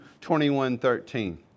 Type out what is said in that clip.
21.13